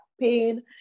pain